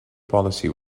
policy